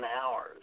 hours